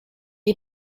est